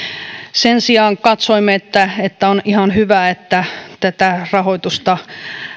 sen sijaan katsoimme että että on ihan hyvä että tätä rahoitusta